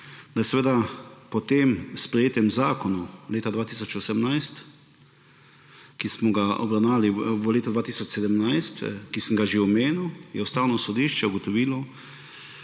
da je po tem sprejetem zakonu leta 2018, ki smo ga obravnavali v letu 2017, kar sem že omenil, je Ustavno sodišče ugotovilo,